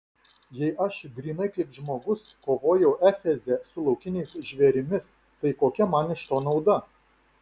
jei aš grynai kaip žmogus kovojau efeze su laukiniais žvėrimis tai kokia man iš to nauda